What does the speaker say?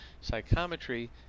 Psychometry